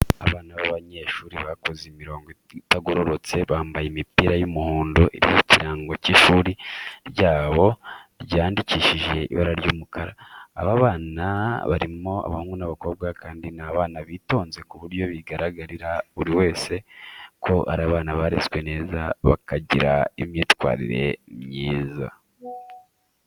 Abana b'abanyeshuri bakoze imirongo itagororotse, bambaye imipira y'umuhondo iriho ikirango cy'ishuri ryabo cyandikishije ibara ry'umukara. Abo bana harimo abahungu n'abakobwa kandi ni abana bitonze ku buryo bigaragarira buri wese ko ari abana barezwe neza, bakagira imyitwarire myiza.